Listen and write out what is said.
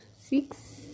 six